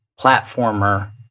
platformer